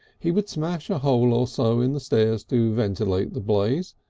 he would smash a hole or so in the stairs to ventilate the blaze,